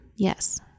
Yes